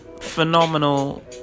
phenomenal